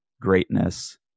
greatness